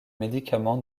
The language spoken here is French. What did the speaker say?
médicament